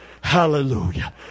Hallelujah